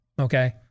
okay